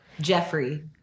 Jeffrey